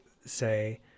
say